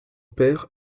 père